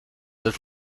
would